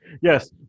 Yes